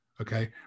Okay